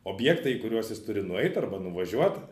objektai į kuriuos jis turi nueit arba nuvažiuot